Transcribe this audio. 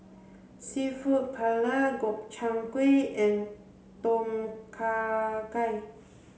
seafood Paella Gobchang Gui and Tom Kha Gai